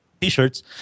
t-shirts